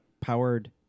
powered